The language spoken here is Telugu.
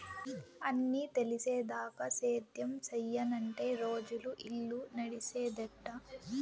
అన్నీ తెలిసేదాకా సేద్యం సెయ్యనంటే రోజులు, ఇల్లు నడిసేదెట్టా